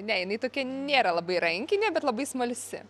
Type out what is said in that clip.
ne jinai tokia nėra labai rankinė bet labai smalsi